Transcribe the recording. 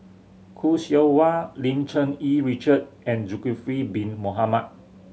Khoo Seow Hwa Lim Cherng Yih Richard and Zulkifli Bin Mohamed